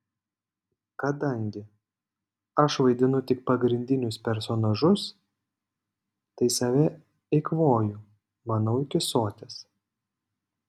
kadangi aš vaidinu tik pagrindinius personažus tai save eikvoju manau iki soties